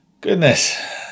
Goodness